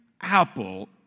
apple